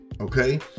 okay